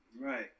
Right